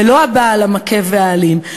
ולא הבעל המכה והאלים,